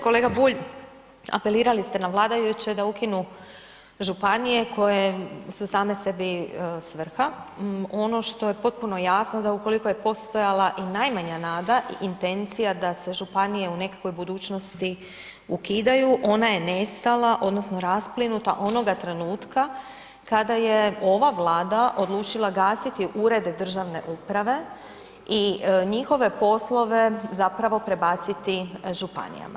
Kolega Bulj, apelirali ste na vladajuće da ukinu županije koje su same sebi svrha, ono što je potpuno jasno, da ukoliko je postojala i najmanja nada i intencija da se županije u nekakvoj budućnosti ukidaju, ona je nestala odnosno rasplinuta onoga trenutka kada je ova Vlada odlučila gasiti urede državne uprave i njihove poslove zapravo prebaciti županijama.